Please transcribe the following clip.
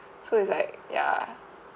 so it's like ya